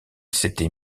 s’était